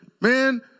man